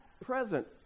present